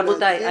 רבותיי,